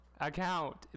Account